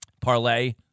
Parlay